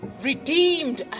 redeemed